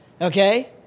okay